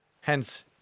Hence